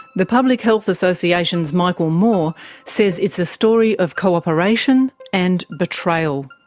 the public health association's michael moore says it's a story of cooperation, and betrayal.